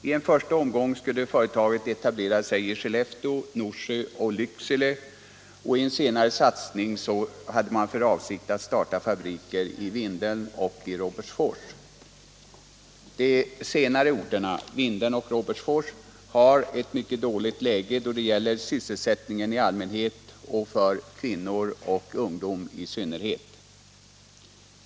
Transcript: I en första omgång skulle företaget etablera sig i Skellefteå, Norsjö och Lycksele, och i en senare satsning hade man för avsikt att starta fabriker i Vindeln och Robertsfors. De senare orterna har ett mycket dåligt läge då det gäller sysselsättning i allmänhet och sysselsättning för kvinnor och ungdom i synnerhet.